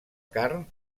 carn